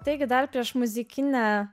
taigi dar prieš muzikinę